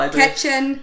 kitchen